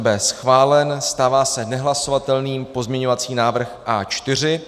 B schválen, stává se nehlasovatelným pozměňovací návrh A4.